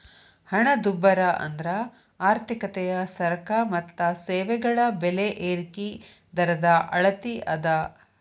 ಹಣದುಬ್ಬರ ಅಂದ್ರ ಆರ್ಥಿಕತೆಯ ಸರಕ ಮತ್ತ ಸೇವೆಗಳ ಬೆಲೆ ಏರಿಕಿ ದರದ ಅಳತಿ ಅದ